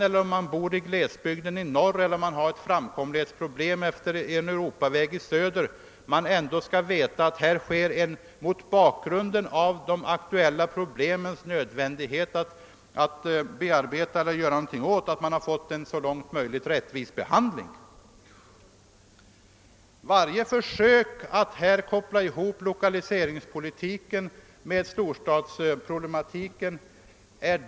Detta får dock inte förleda någon i kammaren att för ett ögonblick tro att jag inte skulle vara positivt inställd till en aktiv lokaliseringspolitik, såsom det påstås i reservationen.